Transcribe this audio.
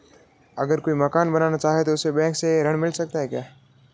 अगर कोई मकान बनाना चाहे तो उसे बैंक से ऋण मिल सकता है?